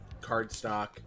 cardstock